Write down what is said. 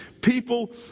People